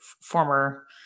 former